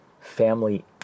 family